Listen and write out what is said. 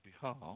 behalf